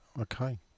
okay